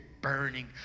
burning